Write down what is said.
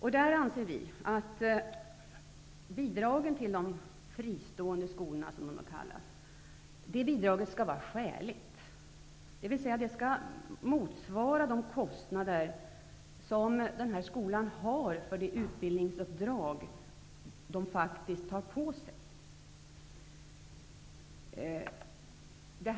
Vi anser att bidragen till de s.k. fristående skolorna skall vara skäliga. De skall alltså motsvara de kostnader som de här skolorna har för det utbildningsuppdrag de faktiskt tar på sig.